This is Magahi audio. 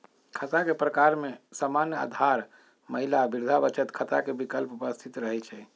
खता के प्रकार में सामान्य, आधार, महिला, वृद्धा बचत खता के विकल्प उपस्थित रहै छइ